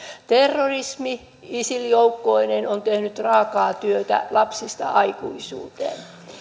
terrorismi isil joukkoineen on tehnyt raakaa työtä lapsista aikuisuuteen